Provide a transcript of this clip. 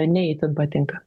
ne itin patinka